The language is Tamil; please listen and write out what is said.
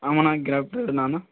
ஆமாண்ணா கேப் ட்ரைவர் நான் தான்